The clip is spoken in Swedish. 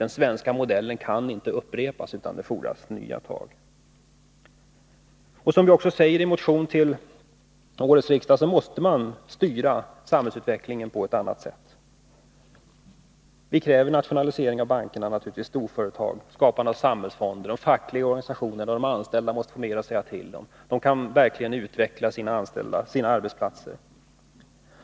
Den svenska modellen kan inte upprepas — det fordras nya tag. Som vi också säger i en motion till årets riksdag måste man styra samhällsutvecklingen på ett annat sätt. Vi kräver naturligtvis nationalisering av banker och storföretag samt skapande av samhällsfonder. De fackliga organisationerna och de anställda måste få mer att säga till om. De kan verkligen utveckla sina arbetsplatser.